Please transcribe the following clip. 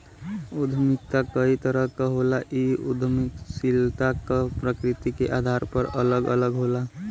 उद्यमिता कई तरह क होला इ उद्दमशीलता क प्रकृति के आधार पर अलग अलग होला